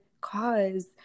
cause